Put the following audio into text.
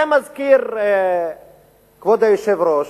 זה מזכיר, כבוד היושב-ראש,